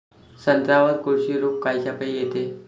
संत्र्यावर कोळशी रोग कायच्यापाई येते?